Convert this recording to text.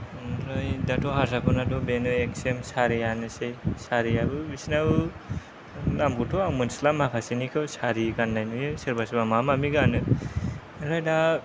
ओमफ्राय दाथ' हारसाफोरनाथ' बेनो एक सेम सारियानोसै सारियाबो बिसोरनाबो नामखौथ' आं मिन्थिला माखासेनिखौ सारि गान्नाय नुयो सोरबा सोरबा माबा माबि गानो ओमफ्राय दा